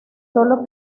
solo